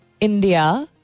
India